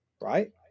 right